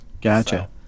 Gotcha